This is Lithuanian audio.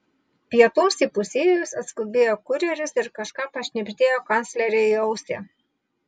pietums įpusėjus atskubėjo kurjeris ir kažką pašnibždėjo kanclerei į ausį